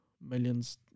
Millions